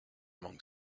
among